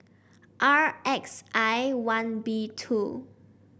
R X I one B two